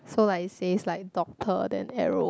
so like it says like doctor then arrow